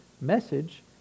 message